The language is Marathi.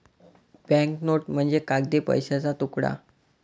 बँक नोट म्हणजे कागदी पैशाचा तुकडा